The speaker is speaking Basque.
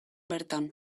bertan